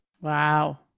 Wow